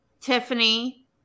tiffany